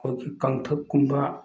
ꯑꯩꯈꯣꯏꯒꯤ ꯀꯪꯊꯛꯀꯨꯝꯕ